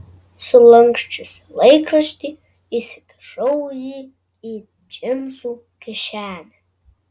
sulanksčiusi laikraštį įsikišau jį į džinsų kišenę